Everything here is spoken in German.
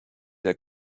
der